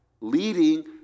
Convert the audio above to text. Leading